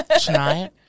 Tonight